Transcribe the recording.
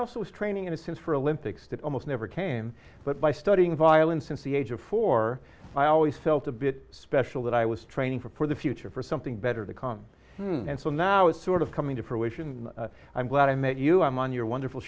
also was training in a sense for a lympics that almost never came but by studying violin since the age of four i always felt a bit special that i was training for the future for something better to come and so now it's sort of coming to fruition i'm glad i met you i'm on your wonderful